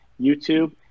YouTube